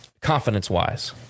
confidence-wise